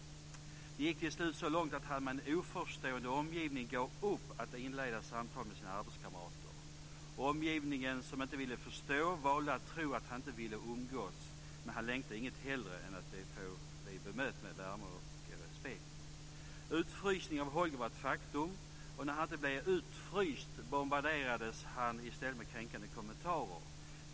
Det gick till slut så långt att han med en oförstående omgivning gav upp att inleda samtal med sina arbetskamrater. Omgivningen som inte ville förstå valde att tro att han inte ville umgås. Men han längtade efter inget hellre än att få bli bemött med värme och respekt. Utfrysningen av Holger var ett faktum. Och när han inte blev utfryst bombarderades han i stället med kränkande kommentarer.